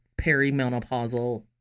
perimenopausal